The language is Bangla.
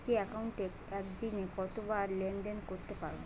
একটি একাউন্টে একদিনে কতবার লেনদেন করতে পারব?